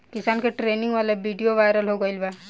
किसान के ट्रेनिंग वाला विडीओ वायरल हो गईल बा